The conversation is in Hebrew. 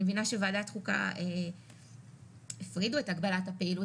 אני מבינה שוועדת חוקה הפרידה את הגבלת הפעילות